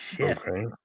Okay